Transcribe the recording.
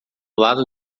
lado